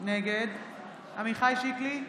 נגד עמיחי שיקלי,